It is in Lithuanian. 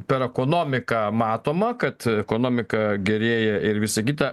per ekonomiką matoma kad ekonomika gerėja ir visa kita